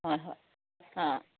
ꯍꯣꯏ ꯍꯣꯏ ꯑꯥ